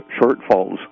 shortfalls